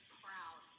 proud